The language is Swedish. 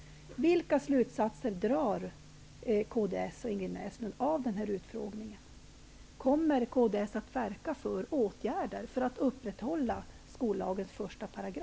Vilka slutsatser drar kds och Ingrid Näslund av utfrågningen? Kommer kds att verka för åtgärder för att upprätthålla 1 § i skollagen?